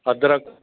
अदरक